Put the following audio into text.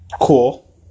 Cool